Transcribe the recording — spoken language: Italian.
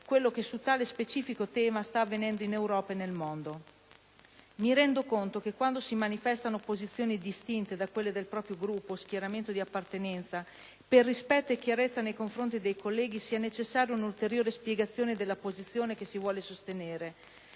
quello che su tale specifico tema sta avvenendo in Europa e nel mondo. Mi rendo conto che quando si manifestano posizioni distinte da quelle del proprio Gruppo o schieramento di appartenenza, per rispetto e chiarezza nei confronti dei colleghi, sia necessaria un'ulteriore spiegazione della posizione che si vuole sostenere.